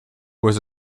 was